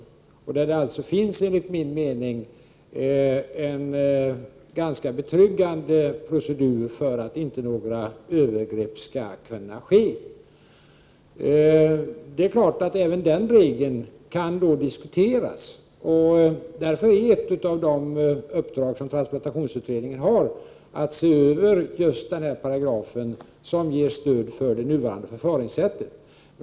I de fallen finns det, enligt min mening, en ganska betryggande procedur för att inte några övergrepp skall kunna ske. Det är klart att även den regeln skall diskuteras. Därför är ett av de uppdrag som transplantationsutredningen har att se över just den paragraf som ger stöd för det nuvarande förfaringssättet.